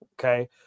Okay